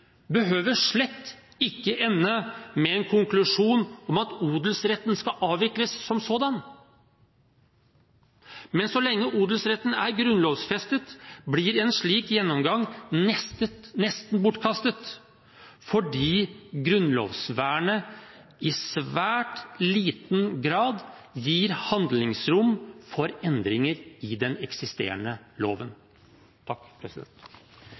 behøver slett ikke ende med en konklusjon om at odelsretten skal avvikles som sådan. Men så lenge odelsretten er grunnlovfestet, blir en slik gjennomgang nesten bortkastet, fordi grunnlovsvernet i svært liten grad gir handlingsrom for endringer i den eksisterende loven.